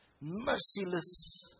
merciless